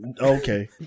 Okay